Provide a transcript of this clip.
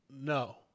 No